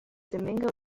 domingo